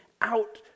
out